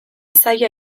zaila